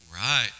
Right